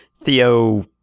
Theo